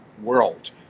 world